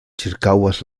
ĉirkaŭas